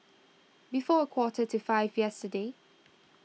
before a quarter to five yesterday